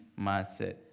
mindset